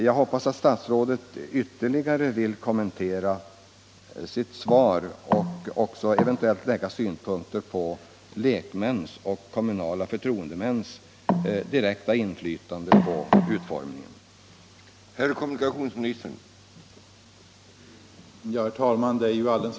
Jag hoppas att statsrådet vill kommentera sitt svar ytterligare och eventuclit lägga synpunkter på kommunala förtroendemäns direkta inflytande vid utformningen av postverkets service.